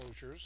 closures